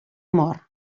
mor